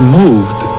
moved